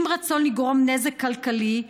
עם רצון לגרום נזק כלכלי,